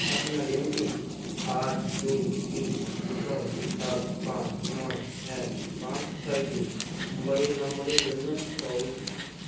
আপনার এমপিন আট দুই তিন ছয় সাত পাঁচ নয় এক পাঁচ ছয় দুই মোবাইল নম্বরের জন্য অবৈধিক